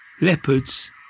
leopards